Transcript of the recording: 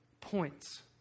points